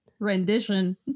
Rendition